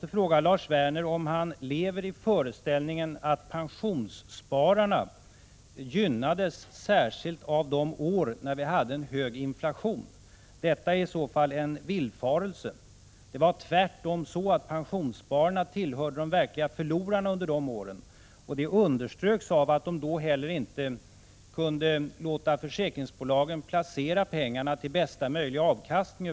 Lever Lars Werner i den föreställningen att pensionsspararna gynnades särskilt under de år då inflationen var hög? Detta är i så fall en villfarelse. Det var tvärtom så att pensionsspararna tillhörde de verkliga förlorarna under de åren, och det underströks av att de inte heller kunde låta försäkringsbolagen placera pengarna till bästa möjliga avkastning.